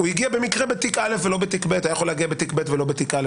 הוא הגיע במקרה בתיק א' ולא בתיק ב'.